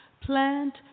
Plant